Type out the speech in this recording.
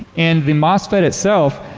and the mosfet itself,